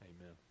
Amen